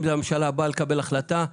אם הממשלה באה לקבל החלטה,